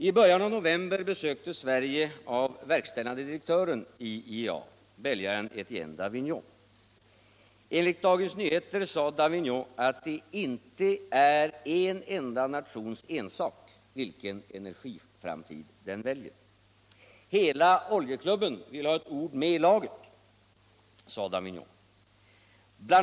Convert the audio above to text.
I början av november besöktes Sverige av verkställande direktören i IEA, Etienne Davignon. Enligt Dagens Nyheter sade Davignon att det icke är en enda nations ensak vilken energiframtid den väljer. Hela Oljeklubben vill ha ett ord med i laget, sade Davignon. Bl.